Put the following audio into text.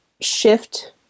shift